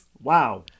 Wow